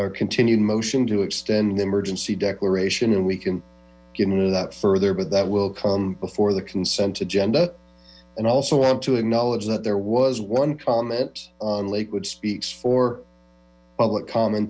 our continued motion to extend an emergency declaration and we can give into that further but that will come before the consent agenda and also want to acknowledge that there was one comment on lakewood speaks for public comm